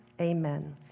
Amen